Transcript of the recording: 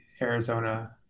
Arizona